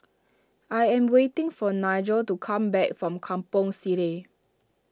I am waiting for Nigel to come back from Kampong Sireh